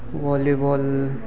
volleyball